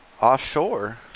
Offshore